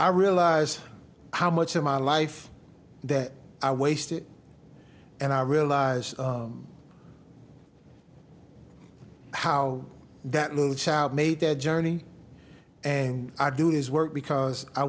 i realize how much of my life that i wasted and i realize how that little child made that journey and i do his work because i